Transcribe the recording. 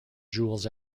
jules